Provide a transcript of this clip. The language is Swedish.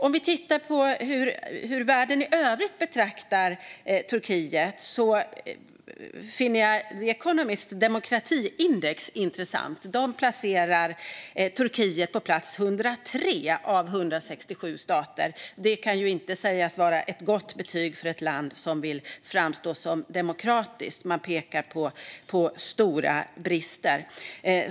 Om vi tittar på hur världen i övrigt betraktar Turkiet finner jag The Economists demokratiindex intressant. Man placerar Turkiet på plats 103 av 167 stater. Det kan inte sägas vara ett gott betyg för ett land som vill framstå som demokratiskt. Man pekar på stora brister.